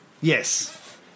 Yes